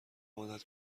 عادت